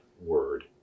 word